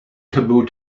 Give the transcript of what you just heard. taboo